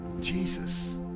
Jesus